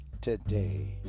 today